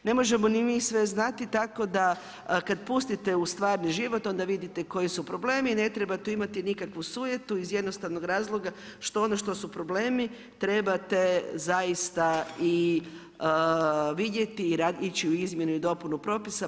Ne možemo ni mi sve znati tako da kada pustite u stvarni život onda vidite koji su problemi i ne treba tu imati nikakvu sujetu iz razloga što onda što su problemi trebate zaista i vidjeti i ići u izmjenu i dopunu propisa.